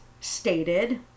stated